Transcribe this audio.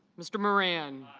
mr. moran